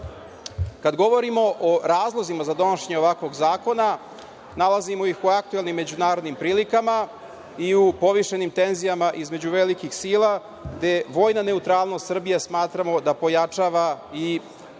govorimo o razlozima donošenje ovakvog zakona, nalazimo iz u aktuelnim međunarodnim prilikama i u povišenim tenzijama između velikih sila, gde vojna neutralnost Srbije smatramo da pojačava i